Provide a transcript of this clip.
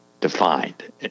defined